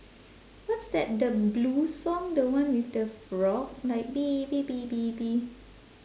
what's that the blue song the one with the frog like